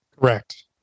Correct